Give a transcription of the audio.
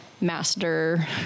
master